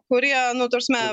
kurie nu ta prasme